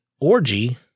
orgy